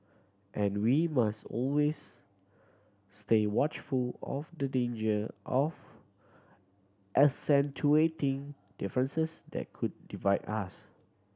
and we must always stay watchful of the danger of accentuating differences that could divide us